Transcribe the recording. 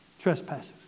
trespasses